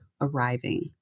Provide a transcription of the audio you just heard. arriving